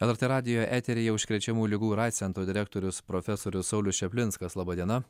lrt radijo eteryje užkrečiamų ligų ir aids centro direktorius profesorius saulius čaplinskas laba diena